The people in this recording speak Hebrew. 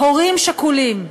הורים שכולים,